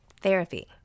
Therapy